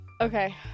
Okay